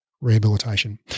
Rehabilitation